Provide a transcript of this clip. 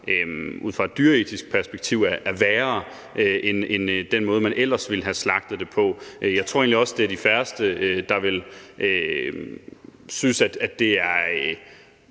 ud fra et dyreetisk perspektiv er værre end den måde, man ellers ville have slagtet på. Jeg tror egentlig også, det er de færreste, der vil synes, at det er